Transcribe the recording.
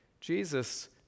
Jesus